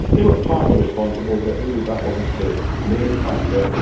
they were partly responsible, but really that wasn't the main factor,